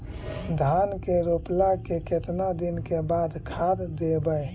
धान के रोपला के केतना दिन के बाद खाद देबै?